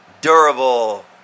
durable